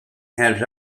has